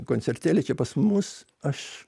koncertėlį čia pas mus aš